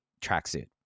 tracksuit